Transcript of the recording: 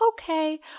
okay